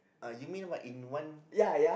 uh you mean what in one ya ya